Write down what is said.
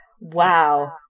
Wow